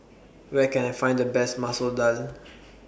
Where Can I Find The Best Masoor Dal